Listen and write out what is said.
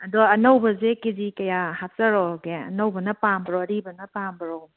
ꯑꯗꯣ ꯑꯅꯧꯕꯁꯦ K G ꯀꯌꯥ ꯍꯥꯞꯆꯔꯛꯑꯣꯒꯦ ꯑꯅꯧꯕꯅ ꯄꯥꯝꯕ꯭ꯔꯣ ꯑꯔꯤꯕꯅ ꯄꯥꯝꯕ꯭ꯔꯣ